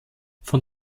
von